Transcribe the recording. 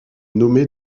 nommé